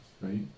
right